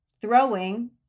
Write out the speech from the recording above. throwing